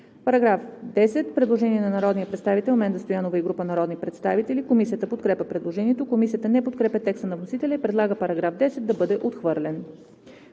По § 10 има предложение на народния представител Менда Стоянова и група народни представители. Комисията подкрепя предложението. Комисията не подкрепя текста на вносителя и предлага § 10 да бъде отхвърлен.